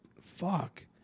fuck